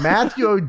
Matthew